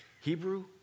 Hebrew